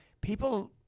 people